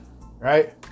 right